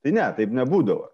tai ne taip nebūdavo